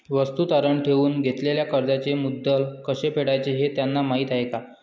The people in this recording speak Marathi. वस्तू तारण ठेवून घेतलेल्या कर्जाचे मुद्दल कसे फेडायचे हे त्यांना माहीत आहे का?